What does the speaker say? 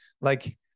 like-